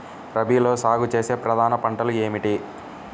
రబీలో సాగు చేసే ప్రధాన పంటలు ఏమిటి?